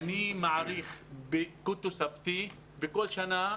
כל שנה,